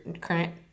current